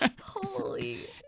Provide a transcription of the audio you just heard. Holy